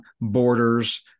borders